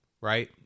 Right